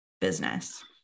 business